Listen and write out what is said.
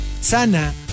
Sana